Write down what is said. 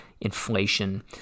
inflation